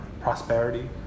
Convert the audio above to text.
prosperity